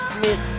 Smith